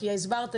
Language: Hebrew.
כי הסברת,